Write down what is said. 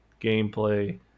gameplay